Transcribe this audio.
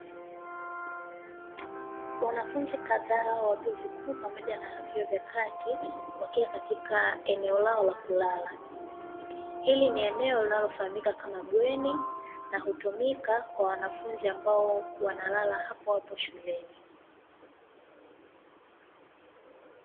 Wanafunzi kadhaa wa vyuo vikuu pamoja na vyuo vya kati, wakiwa katika eneo lao la kulala. Hili ni eneo linalofahamika kama bweni na hutumika na wanafunzi ambao wanalala hapohapo shuleni.